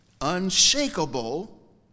unshakable